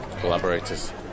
Collaborators